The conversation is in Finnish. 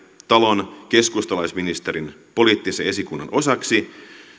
talon keskustalaisministerin poliittisen esikunnan osaksi